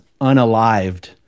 unalived